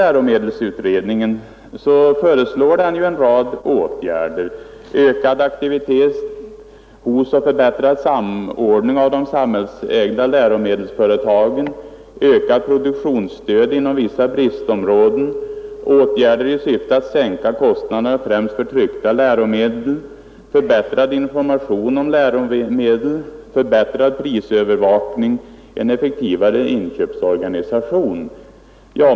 Läromedelsutredningen föreslår en rad åtgärder: ökad aktivitet hos och förbättrad samordning mellan de samhällsägda läromedelsföretagen, ökat produktionsstöd inom vissa bristområden, åtgärder i syfte att sänka kostnaderna främst för tryckta läromedel, förbättrad information om läromedel, förbättrad prisövervakning och en effektivare inköpsorganisation.